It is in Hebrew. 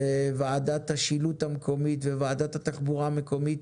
וועדת השילוט המקומית וועדת התחבורה המקומית